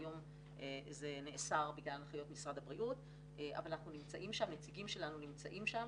כיום זה נאסר בגלל הנחיות משרד הבריאות אבל נציגים שלנו נמצאים שם,